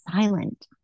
silent